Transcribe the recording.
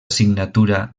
signatura